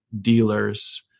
dealers